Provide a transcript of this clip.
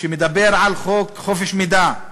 שמדבר על חוק חופש המידע.